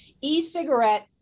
E-cigarette